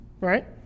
Right